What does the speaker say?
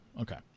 Okay